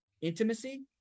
intimacy